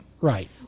Right